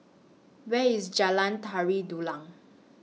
Where IS Jalan Tari Dulang